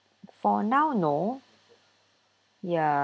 for now no ya